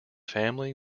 family